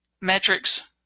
metrics